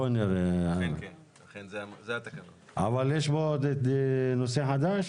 ולכן יש לי כאן טענת נושא חדש.